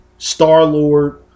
Star-Lord